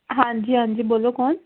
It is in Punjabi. ਹਾਂਜੀ ਹਾਂਜੀ ਬੋਲੋ ਕੌਣ